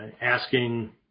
Asking